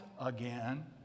again